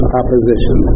opposition